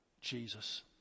Jesus